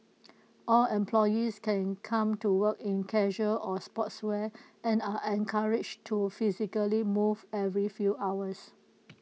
all employees can come to work in casual or sportswear and are encouraged to physically move every few hours